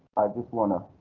just wanna.